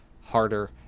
harder